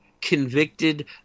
convicted